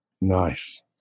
Nice